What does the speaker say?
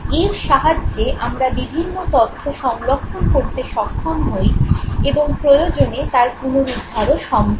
এর সাহায্যে আমরা বিভিন্ন তথ্য সংরক্ষণ করতে সক্ষম হই এবং প্রয়োজনে তার পুনরুদ্ধারও সম্ভব